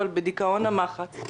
אבל בדיכאון המחץ.